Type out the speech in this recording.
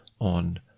on